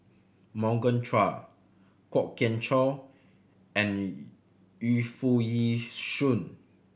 Morgan Chua Kwok Kian Chow and Yu Foo Yee Shoon